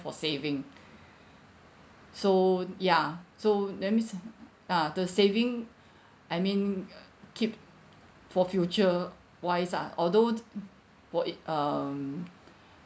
for saving so ya so that means ah the saving I mean uh keep for future wise ah although for it um